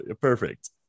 perfect